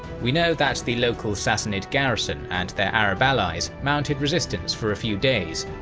we know that the local sassanid garrison and their arab allies mounted resistance for a few days,